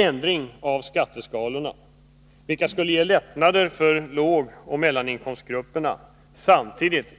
Ändring av skatteskalorna, vilket skulle medföra lättnader för lågoch mellaninkomstgrupperna och samtidigt